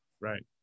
right